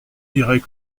irait